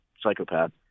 psychopath